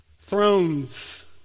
Thrones